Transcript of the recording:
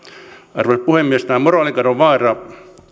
arvoisa puhemies tämä moraalikadon vaara